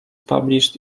published